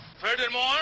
Furthermore